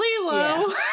Lilo